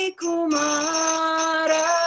kumara